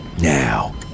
Now